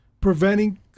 preventing